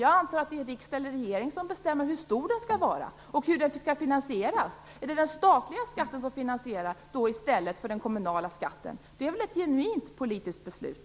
Jag antar att det då är riksdagen eller regeringen som bestämmer hur stor skolpengen skall vara och hur den skall finansieras. Är det den statliga skatten som skall finansiera skolpengen i stället för den kommunala? Detta är väl ett genuint politiskt beslut.